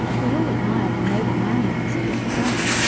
we all admired the noble manliness of his reply.